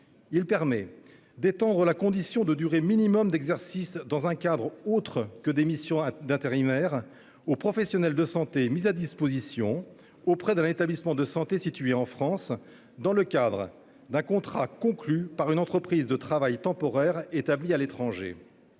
est étendue la condition de durée minimale d'exercice dans un cadre autre que des missions d'intérimaire pour les professionnels de santé mis à disposition auprès d'un établissement de santé en France dans le cadre d'un contrat conclu par une entreprise de travail temporaire établie à l'étranger.